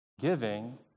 Giving